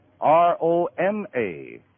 R-O-M-A